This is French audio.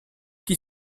qui